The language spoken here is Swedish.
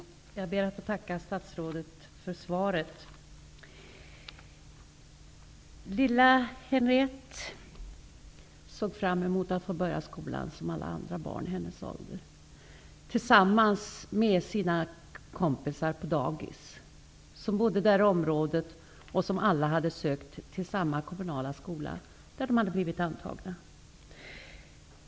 Herr talman! Jag ber att få tacka statsrådet för svaret. Lilla Henriette såg, som alla andra barn i hennes ålder, fram emot att få börja skolan tillsammans med hennes kompisar på dagis som bodde i området och som alla hade sökt till samma kommunala skola där de också hade blivit antagna.